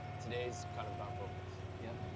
today's, kind of, about vocals. yeah.